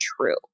true